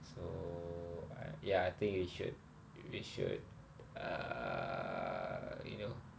so I ya I think we should we should err you know